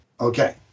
Okay